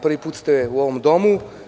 Prvi put ste u ovom domu.